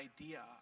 idea